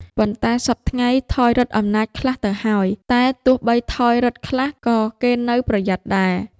ប៉ុន្តែសព្វថ្ងៃ ថយឫទ្ធិអំណាចខ្លះទៅហើយ, តែទោះបីថយឫទ្ធិខ្លះ ក៏គេនៅប្រយ័ត្នដែរ ។